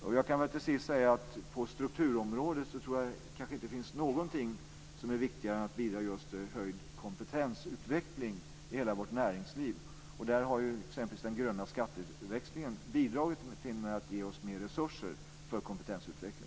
På strukturområdet, slutligen, tror jag inte att det finns någonting som är viktigare än just att bidra till kompetensutveckling i hela vårt näringsliv. Här har t.ex. den gröna skatteväxlingen bidragit till att ge oss mer resurser för kompetensutveckling.